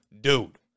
dude